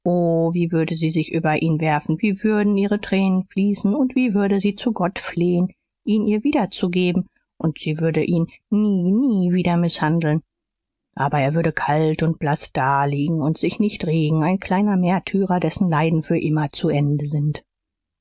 wie würde sie sich über ihn werfen wie würden ihre tränen fließen und wie würde sie zu gott flehen ihn ihr wiederzugeben und sie würde ihn nie nie wieder mißhandeln aber er würde kalt und blaß daliegen und sich nicht regen ein kleiner märtyrer dessen leiden für immer zu ende sind